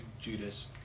Judas